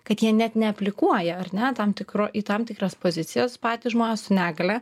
kad jie net neaplikuoja ar ne tam tikro į tam tikras pozicijas patys žmonės su negalia